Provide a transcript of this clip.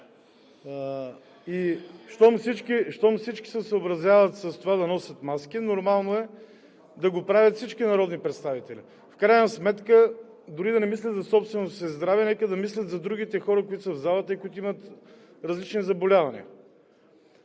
а щом всички се съобразяват с това да носят маски, нормално е да го правят всички народни представители. В крайна сметка, дори да не мислят за собственото си здраве, нека да мислят за другите хора, които са в залата и които имат различни заболявания.